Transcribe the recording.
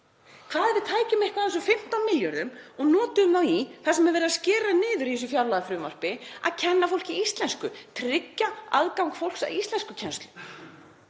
Hvað við tækjum eitthvað af þessum 15 milljörðum og notuðum í það sem er verið að skera niður í þessu fjárlagafrumvarpi; að kenna fólki íslensku, tryggja aðgang fólks að íslenskukennslu?